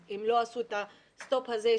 כך שאם לא עשו את הסטופ הזה,